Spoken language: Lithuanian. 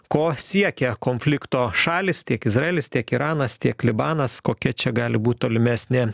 ko siekia konflikto šalys tiek izraelis tiek iranas tiek libanas kokia čia gali būt tolimesnė